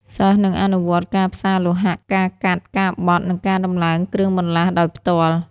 សិស្សនឹងអនុវត្តការផ្សារលោហៈ ការកាត់ ការបត់ និងការដំឡើងគ្រឿងបន្លាស់ ដោយផ្ទាល់។